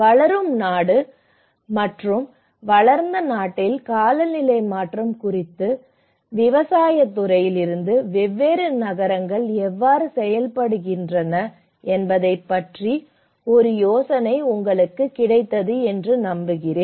வளரும் நாடு மற்றும் வளர்ந்த நாட்டில் காலநிலை மாற்றம் குறித்து விவசாயத் துறையிலிருந்து வெவ்வேறு நகரங்கள் எவ்வாறு செயல்படுகின்றன என்பது பற்றிய ஒரு யோசனை உங்களுக்கு கிடைத்தது என்று நம்புகிறேன்